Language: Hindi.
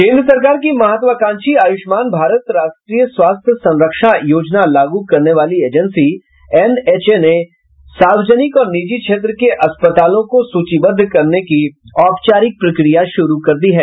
केन्द्र सरकार की महत्वाकांक्षी आयुष्मान भारत राष्ट्रीय स्वास्थ्य संरक्षा योजना लागू करने वाली एजेंसी एन एच ए ने सार्वजनिक और निजी क्षेत्र के अस्पतालों को सूचीबद्ध करने की औपचारिक प्रक्रिया शुरू कर दी है